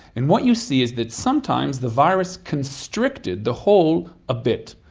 and what you see is that sometimes the virus constricted the hole a bit.